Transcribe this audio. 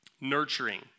nurturing